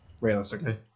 realistically